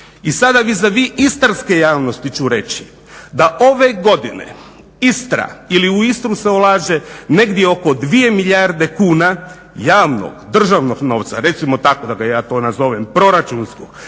i sad vi za vi istarske javnosti ću reći da ove godine Istra ili u Istru se ulaže negdje oko 2 milijarde kuna javnog državnog novca. Recimo tako da ga ja to nazovem proračunsku,